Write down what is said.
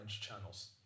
channels